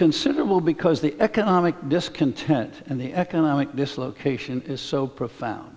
considerable because the economic discontent and the economic dislocation is so profound